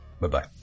Bye-bye